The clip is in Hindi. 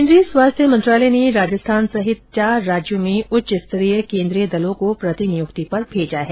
केन्द्रीय स्वास्थ्य मंत्रालय ने राजस्थान सहित चार राज्यों में उच्च स्तरीय केन्द्रीय दलों को प्रतिनियुक्ति पर भेजा है